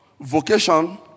vocation